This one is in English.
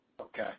Okay